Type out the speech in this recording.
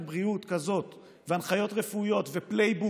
בריאות כזאת והנחיות רפואיות ו-playbook